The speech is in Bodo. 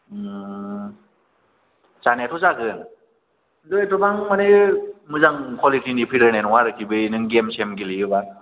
जानायाथ' जागोन खिन्थु एथ'बां मानि मोजां कुवालिटिनि फैलायनाय नङा आरोखि बे नों गेम सेम गेलेयोब्ला